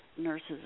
nurses